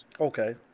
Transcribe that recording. Okay